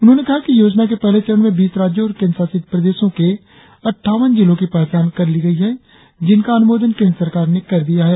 उन्होंने कहा कि योजना के पहले चरण में बीस राज्यों और केंद्र शासित प्रदेशों के अटठावन जिलों की पहचान कर ली गई है जिनका अनुमोदन केंद्र सरकार ने कर दिया है